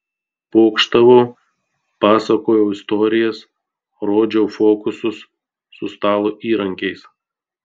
pokštavau pasakojau istorijas rodžiau fokusus su stalo įrankiais